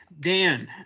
Dan